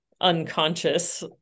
unconscious